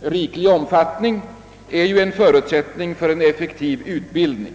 riklig omfattning är en förutsättning för en effektiv utbildning.